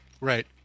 right